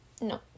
No